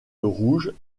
rouge